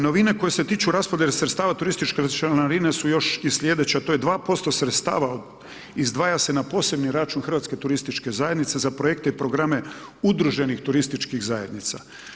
Novine koje se tiču raspodjele sredstava turističke članarine su još i sljedeće, a to je 2% sredstava izdvaja se na posebni račun Hrvatske turističke zajednice za projekte i programe udruženih turističkih zajednica.